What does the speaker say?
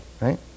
right